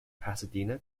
pasadena